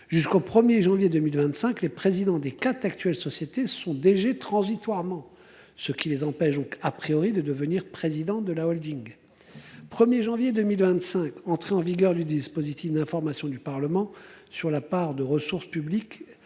Jusqu'au 1er janvier 2025, les présidents des quatre actuelle société son DG transitoirement ce qui les empêche donc a priori de devenir président de la Holding. 1er janvier 2025, entrée en vigueur du dispositif d'information du Parlement sur la part de ressources publiques